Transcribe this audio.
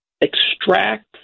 Extract